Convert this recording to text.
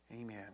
Amen